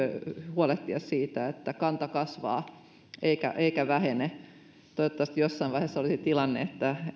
huolehtia siitä että kanta kasvaa eikä vähene toivottavasti jossain vaiheessa olisi tilanne että